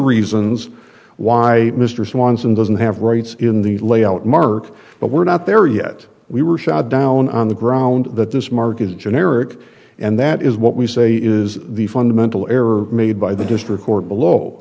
reasons why mr swanson doesn't have rights in the layout mark but we're not there yet we were shot down on the ground that this mark is generic and that is what we say is the fundamental error made by the district court below